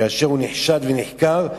כאשר הוא נחשד ונחקר,